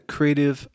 Creative